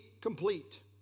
complete